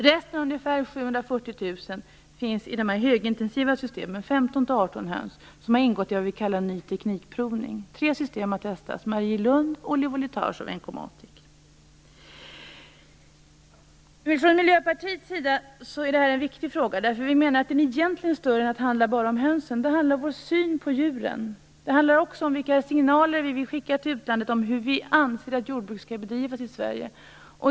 Resten, ungefär 740 000, hålls i högintensiva system, med 15-18 höns. De har ingått i vad vi kallar ny teknikprovning. Tre system har testats: Marielund, Oli För oss i Miljöpartiet är det här en viktig fråga. Vi menar att det egentligen inte bara handlar om hönsen, utan om vår syn på djuren. Det handlar också om vilka signaler vi i Sverige vill skicka till utlandet om hur vi anser att jordbruk skall bedrivas.